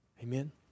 Amen